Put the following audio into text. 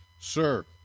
Sir